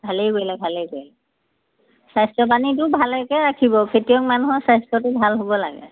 ভালেই কৰিলে ভালেই কৰিলে স্বাস্থ্য পানীতো ভালেকৈ ৰাখিব খেতিয়ক মানুহৰ স্বাস্থ্যটো ভাল হ'ব লাগে